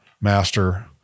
master